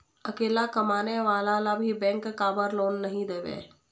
अकेला कमाने वाला ला भी बैंक काबर लोन नहीं देवे?